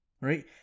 right